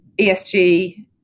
ESG